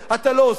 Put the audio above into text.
אתה לא עושה?